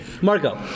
Marco